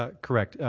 ah correct.